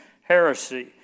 heresy